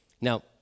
Now